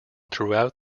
throughout